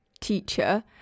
teacher